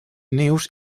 nius